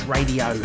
Radio